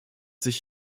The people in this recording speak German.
sich